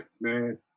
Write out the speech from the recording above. man